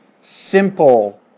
simple